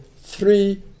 three